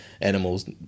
animals